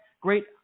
great